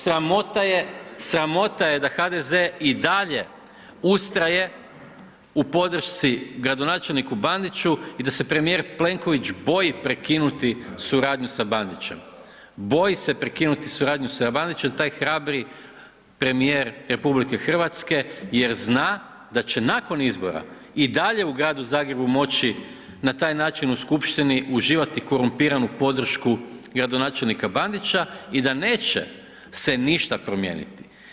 Sramota je, sramota je da HDZ i dalje ustraje u podršci gradonačelniku Bandiću i da se premijer Plenković boji prekinuti suradnju sa Bandićem, boji se prekinuti suradnju sa Bandićem, taj hrabri premijer RH jer zna da će nakon izbora i dalje u Gradu Zagrebu moći na taj način u skupštini uživati korumpiranu podršku gradonačelnika Bandića i da neće se ništa promijeniti.